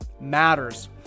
matters